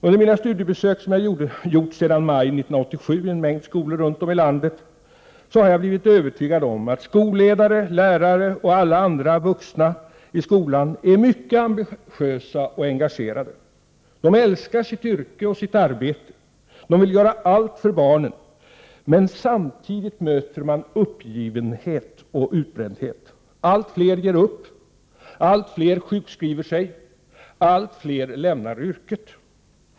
Under mina studiebesök som jag gjort sedan maj 1987 i mängd skolor runt om i landet har jag blivt övertygad om att skolledare, lärare och alla andra vuxna i skolan är mycket ambitiösa och engagerade. De älskar sitt yrke och arbete. De vill göra allt för barnen. Men samidigt möter man uppgivenhet och utbrändhet. Allt fler ger upp. Allt fler sjukskriver sig. Allt fler lämnar yrket.